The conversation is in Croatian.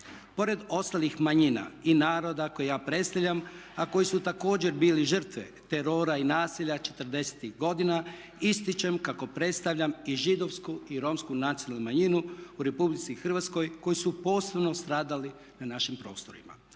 Pored ostalih manjina i naroda koje ja predstavljam a koji su također bili žrtve terora i nasilja '40.-ih godina ističem kako predstavljam i Židovsku i Romsku nacionalnu manjinu u Republici Hrvatskoj koji su posebno stradali na našim prostorima.